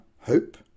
hope